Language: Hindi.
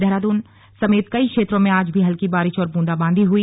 देहराद्न समेत कई क्षेत्रो में आज भी हल्की बारिश और बूंदाबादी हुई